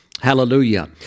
hallelujah